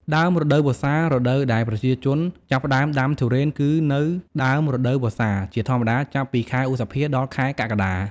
ដើមរដូវវស្សា រដូវដែលប្រជាជនចាប់ផ្ដើមដាំទុរេនគឺនៅ ដើមរដូវវស្សា ជាធម្មតាចាប់ពី ខែឧសភា ដល់ខែកក្កដា។